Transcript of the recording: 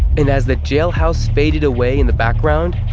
and as the jailhouse faded away in the background,